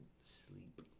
sleep